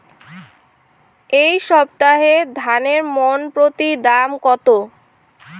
এই সপ্তাহে ধানের মন প্রতি দাম কত?